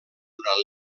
durant